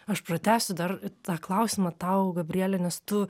aš pratęsiu dar tą klausimą tau gabriele nes tu